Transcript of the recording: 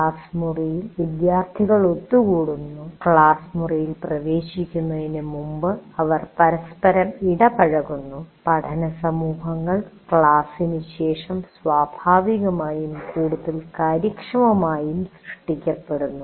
class മുറിയിൽ വിദ്യാർത്ഥികൾ ഒത്തുകൂടുന്നു ക്ലാസ് മുറിയിൽ പ്രവേശിക്കുന്നതിന് മുമ്പ് അവർ പരസ്പരം ഇടപഴകുന്നു പഠന സമൂഹങ്ങൾ ക്ലാസിനു ശേഷം സ്വാഭാവികമായും കൂടുതൽ കാര്യക്ഷമമായും സൃഷ്ടിക്കപ്പെടുന്നു